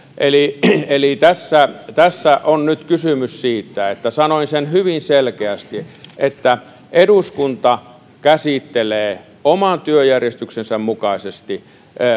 eli eli tässä tässä on nyt kysymys siitä ja sanoin hyvin selkeästi että eduskunta käsittelee oman työjärjestyksensä mukaisesti